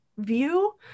view